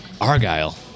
Argyle